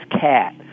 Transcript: cat